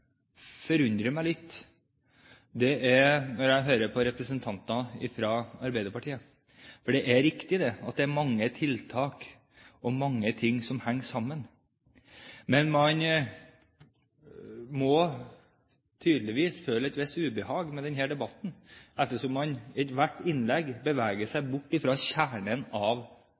forundrer meg litt når jeg hører på representanter fra Arbeiderpartiet. Det er riktig at det er mange tiltak og mange ting som henger sammen, men man må tydeligvis føle et visst ubehag ved denne debatten ettersom man i ethvert innlegg beveger seg bort fra kjernen av